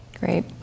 Great